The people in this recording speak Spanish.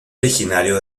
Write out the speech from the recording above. originario